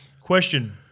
Question